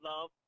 love